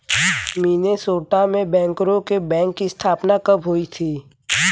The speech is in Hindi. मिनेसोटा में बैंकरों के बैंक की स्थापना कब हुई थी?